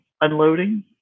unloading